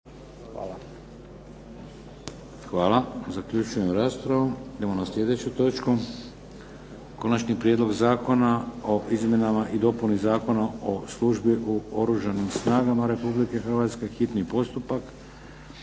**Šeks, Vladimir (HDZ)** Idemo na sljedeću točku - Konačni prijedlog Zakona o izmjenama i dopuni Zakona o službi u Oružanim snagama Republike Hrvatske, hitni postupak,